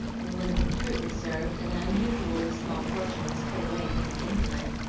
and when the fruit was served, an unusually small portion was put away for the invalid,